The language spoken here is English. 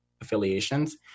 affiliations